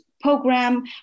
program